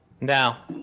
Now